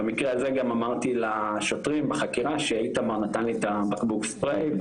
במקרה הזה גם אמרתי לשוטרים בחקירה שאיתמר נתן לי את הבקבוק ספריי,